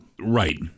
Right